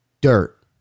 dirt